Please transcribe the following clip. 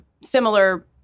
similar